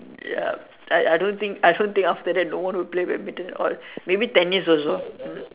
ya I don't think I don't think after that no one will play badminton at all maybe tennis also hmm